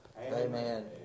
Amen